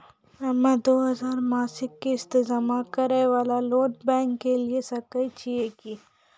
हम्मय दो हजार मासिक किस्त जमा करे वाला लोन बैंक से लिये सकय छियै की?